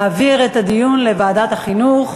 להעביר את הדיון לוועדת החינוך.